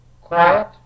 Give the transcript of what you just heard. quiet